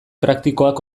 praktikoak